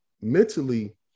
mentally